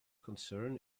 concern